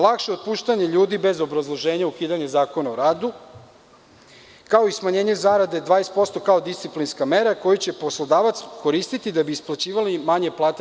Lakše otpuštanje ljudi bez obrazloženja, ukidanje Zakona o radu, kao i smanjenje zarade 20% kao disciplinska mera, koju će poslodavac koristi da bi isplaćivao manje plate.